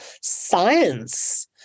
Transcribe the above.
science